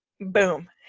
Boom